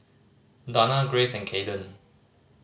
Dana Grace and Kayden